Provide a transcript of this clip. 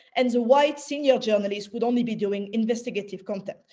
and the white, senior journalists would only be doing investigative content.